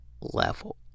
level